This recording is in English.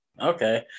Okay